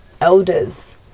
elders